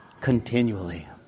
continually